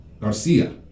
Garcia